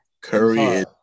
Curry